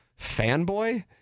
fanboy